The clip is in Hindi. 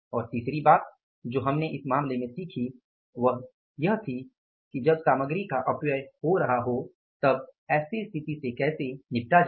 और तीसरी बात जो हमने इस मामले में सीखी वह यह थी कि जब सामग्री का अपव्यय हो रहा हो तब ऐसी स्थिति से कैसे निपटा जाए